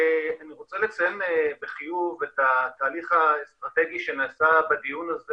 אני רוצה לציין בחיוב את התהליך האסטרטגי שנעשה בדיון הזה